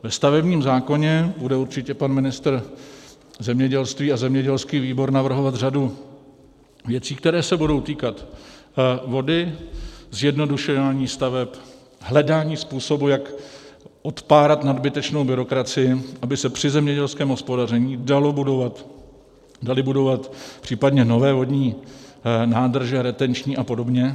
Ve stavebním zákoně bude určitě pan ministr zemědělství a zemědělský výbor navrhovat řadu věcí, které se budou týkat vody, zjednodušování staveb, hledání způsobů, jak odpárat nadbytečnou byrokracii, aby se při zemědělském hospodaření daly budovat případně nové vodní nádrže, retenční a podobně.